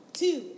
two